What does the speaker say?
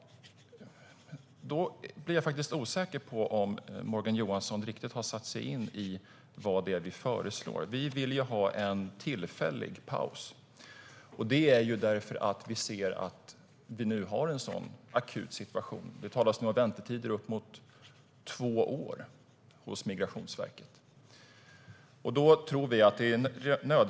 Då blir jag osäker på om Morgan Johansson har satt sig in i vad vi föreslår. Vi vill ha en tillfällig paus. Vi har en akut situation nu. Det talas om väntetider på Migrationsverket på uppemot två år.